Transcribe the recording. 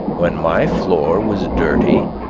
when my floor was dirty,